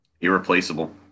Irreplaceable